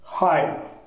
Hi